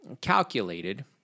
calculated